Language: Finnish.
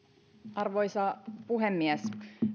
arvoisa puhemies